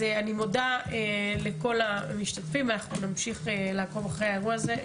אני מודה לכל המשתתפים ואנחנו נמשיך לעקוב אחרי האירוע הזה.